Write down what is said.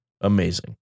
amazing